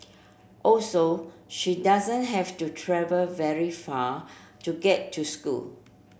also she doesn't have to travel very far to get to school